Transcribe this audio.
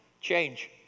Change